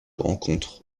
rencontres